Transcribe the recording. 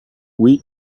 oui